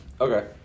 Okay